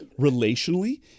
relationally